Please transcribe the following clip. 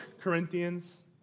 Corinthians